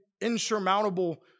insurmountable